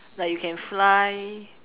like you can fly